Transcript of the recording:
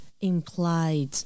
implied